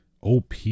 OP